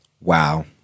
Wow